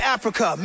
Africa